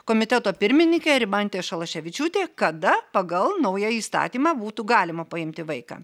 komiteto pirmininkė rimantė šalaševičiūtė kada pagal naują įstatymą būtų galima paimti vaiką